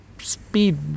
Speed